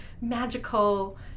magical